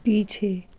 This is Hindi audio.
पीछे